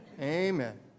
Amen